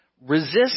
Resist